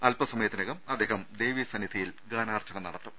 അൽപ സമയത്തിനകം അദ്ദേഹം ദേവീ സന്നിധിയിൽ ഗാനാർച്ചന നടത്തും